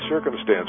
circumstance